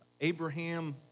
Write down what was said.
Abraham